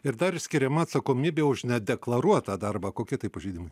ir dar skiriama atsakomybė už nedeklaruotą darbą kokie tai pažeidimai